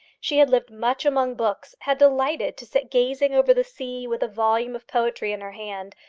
she had lived much among books, had delighted to sit gazing over the sea with a volume of poetry in her hand,